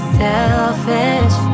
selfish